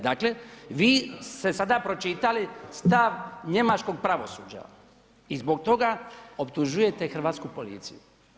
Dakle, vi ste sada pročitali stav njemačkog pravosuđa i zbog toga optužujete hrvatsku policiju.